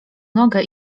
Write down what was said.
nogę